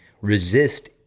resist